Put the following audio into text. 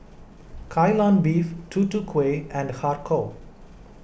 Kai Lan Beef Tutu Kueh and Har Kow